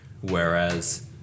whereas